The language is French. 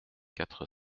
quatre